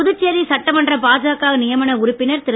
புதுச்சேரி சட்டமன்ற பாஜக நியமன உறுப்பினர் திரு